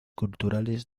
culturales